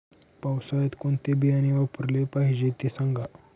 पावसाळ्यात कोणते बियाणे वापरले पाहिजे ते सांगा